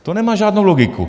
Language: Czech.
To nemá žádnou logiku.